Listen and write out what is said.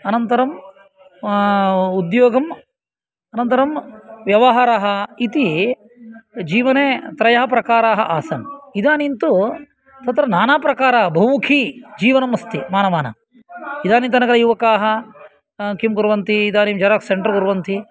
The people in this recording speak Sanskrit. अनन्तरं उद्योगं अनन्तरं व्यवहारः इति जीवने त्रयः प्रकाराः आसन् इदानीन्तु तत्र नानाप्रकाराः बहुमुखी जीवनं अस्ति मानवानां इदानीन्तनक युवकाः किं कुर्वन्ति इदानीं जेराक्स् सेण्टर् कुर्वन्ति